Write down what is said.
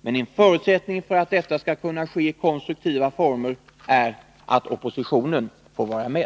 Men en förutsättning för att detta skall kunna ske i konstruktiva former är att oppositionen får vara med.